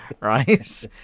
right